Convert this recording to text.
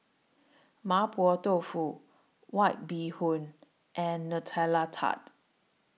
Mapo Tofu White Bee Hoon and Nutella Tart